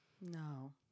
No